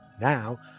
now